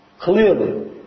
Clearly